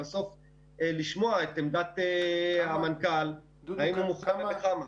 לשמוע את עמדת המנכ"ל אם הוא מוכן וכמה.